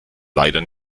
leider